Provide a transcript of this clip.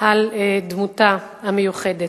על דמותה המיוחדת.